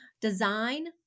Design